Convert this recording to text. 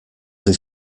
his